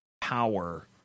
power